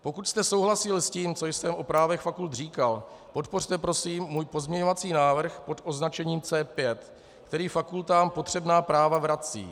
Pokud jste souhlasili s tím, co jsem o právech fakult říkal, podpořte prosím můj pozměňovací návrh pod označením C5, který fakultám potřebná práva vrací.